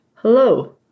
Hello